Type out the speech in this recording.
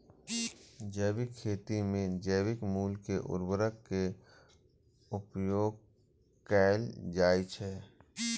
जैविक खेती मे जैविक मूल के उर्वरक के उपयोग कैल जाइ छै